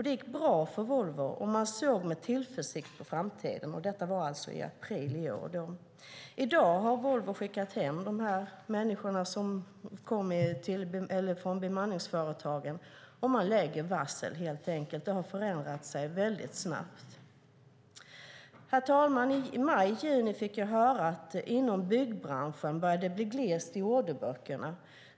Det gick bra för Volvo, och man såg med tillförsikt på framtiden. Detta var alltså i april i år. I dag har Volvo skickat hem de människor som kom från bemanningsföretagen och man lägger varsel helt enkelt. Det har förändrat sig väldigt snabbt. Herr talman! I maj juni fick jag höra att det inom byggbranschen började bli glest i orderböckerna.